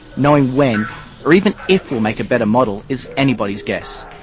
knowing when or even if we'll make a better model is anybody's guess.